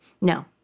no